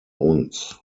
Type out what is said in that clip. uns